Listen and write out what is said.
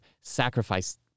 sacrifice